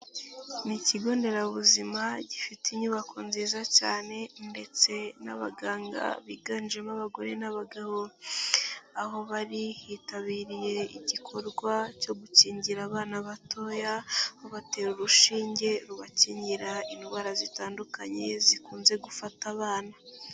Ni kigo nderabuzima gifite inyubako nziza cyane ndetse n'abaganga biganjemo abagore n'abagabo, aho bari bitabiriye igikorwa cyo gukingira abana batoya babatera urushinge rubakingirara indwara zitandukanye zikunze gufata abana.